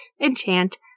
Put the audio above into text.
enchant